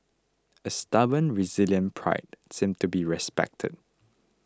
a stubborn resilient pride since to be respected